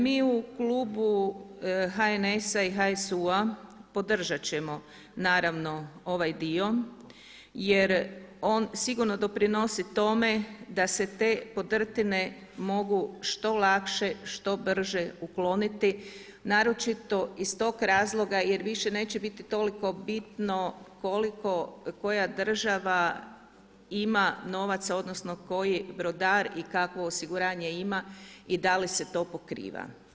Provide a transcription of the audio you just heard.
Mi u klubu HNS-a i HSU-a podržati ćemo naravno ovaj dio jer on sigurno doprinosi tome da se te podrtine mogu što lakše, što brže ukloniti naročito iz tog razloga jer više neće biti toliko bitno koja država ima novaca, odnosno koji brodar i kakvo osiguranje ima i da li se to pokriva.